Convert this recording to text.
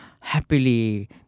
happily